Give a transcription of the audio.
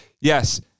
Yes